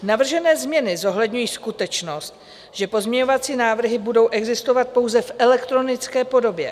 Navržené změny zohledňují skutečnost, že pozměňovací návrhy budou existovat pouze v elektronické podobě.